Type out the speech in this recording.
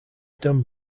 done